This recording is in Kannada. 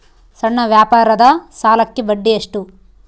ಸಣ್ಣ ವ್ಯಾಪಾರದ ಸಾಲಕ್ಕೆ ಬಡ್ಡಿ ಎಷ್ಟು?